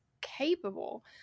capable